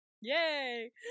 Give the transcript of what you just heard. Yay